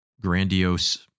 grandiose